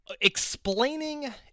explaining